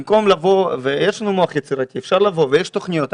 במקום לבוא ויש לנו מוח יצירתי ויש תוכניות,